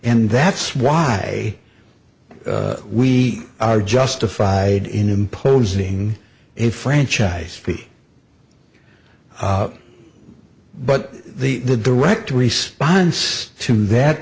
and that's why we are justified in imposing a franchise fee but the the direct response to that